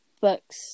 books